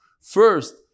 First